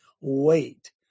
Wait